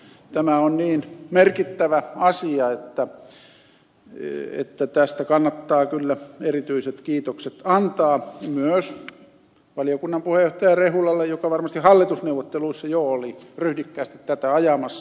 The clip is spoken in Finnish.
tämä on niin merkittävä asia että tästä kannattaa kyllä erityiset kiitokset antaa myös valiokunnan puheenjohtaja rehulalle joka varmasti hallitusneuvotteluissa jo oli ryhdikkäästi tätä ajamassa